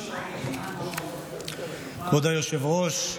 כבוד היושב-ראש,